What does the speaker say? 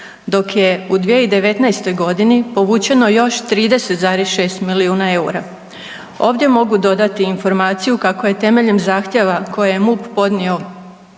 dok je u 2019. godini povučeno još 30,6 milijuna EUR-a. Ovdje mogu dodati informaciju kako je temeljem zahtjeva koje je MUP podnio